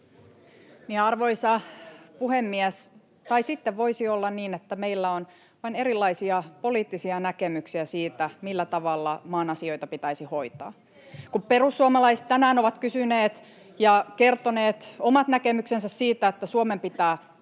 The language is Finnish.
Arvoisa puhemies! Tai sitten voisi olla niin, että meillä on vain erilaisia poliittisia näkemyksiä siitä, millä tavalla maan asioita pitäisi hoitaa. Kun perussuomalaiset tänään ovat kysyneet ja kertoneet omat näkemyksensä siitä, että Suomen pitää sulkea